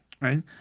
right